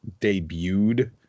debuted